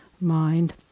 mind